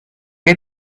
què